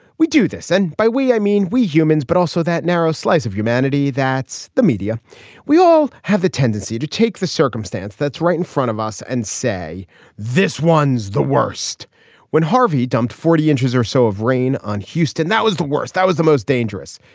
we do this and by we i mean we humans but also that narrow slice of humanity that's the media we all have the tendency to take the circumstance that's right in front of us and say this one's the worst when harvey dumped forty inches or so of rain on houston that was the worst that was the most dangerous.